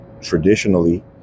traditionally